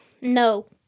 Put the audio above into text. No